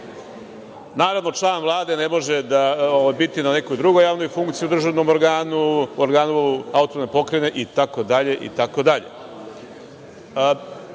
Naravno, član Vlade ne može biti na nekoj drugoj javnoj funkciji u državnom organu, organu AP itd,